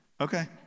okay